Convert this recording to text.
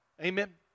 Amen